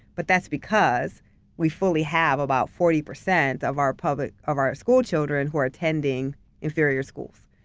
but that's because we fully have about forty percent of our public, of our school children who are attending inferior schools.